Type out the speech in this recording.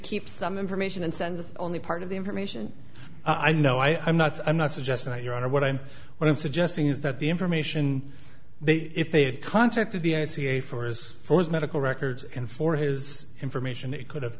keep some information and send the only part of the information i know i i'm not i'm not suggesting that you are what i'm what i'm suggesting is that the information they if they had contracted the n c a for as far as medical records and for his information it could have